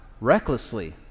recklessly